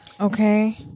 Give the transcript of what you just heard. Okay